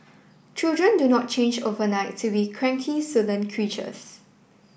children do not change overnight to be cranky sullen creatures